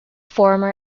former